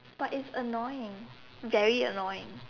but it's annoying very annoying